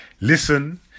Listen